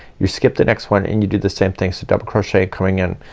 you skip the next one and you do the same thing. so double crochet, coming in.